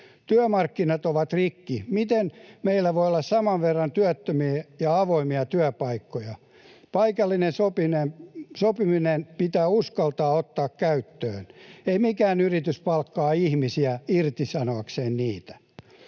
Työmarkkinat ovat rikki. Miten meillä voi olla saman verran työttömiä ja avoimia työpaikkoja? Paikallinen sopiminen pitää uskaltaa ottaa käyttöön. Ei mikään yritys palkkaa ihmisiä irtisanoakseen heitä.